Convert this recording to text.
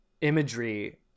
imagery